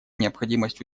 необходимость